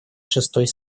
шестой